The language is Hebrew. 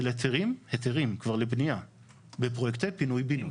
היתרים כבר לבנייה בפרויקטים של פינוי בינוי.